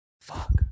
Fuck